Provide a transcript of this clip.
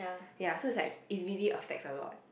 ya so it's like it's really affect a lot